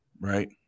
Right